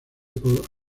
por